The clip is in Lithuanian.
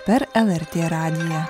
per lrt radiją